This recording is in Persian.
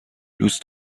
دوست